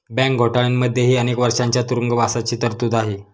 bank घोटाळ्यांमध्येही अनेक वर्षांच्या तुरुंगवासाची तरतूद आहे